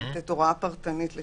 יש